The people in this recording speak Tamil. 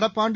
நடப்பாண்டு